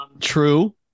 true